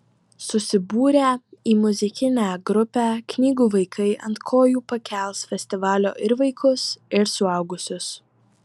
susibūrę į muzikinę grupę knygų vaikai ant kojų pakels festivalio ir vaikus ir suaugusius